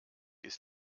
ist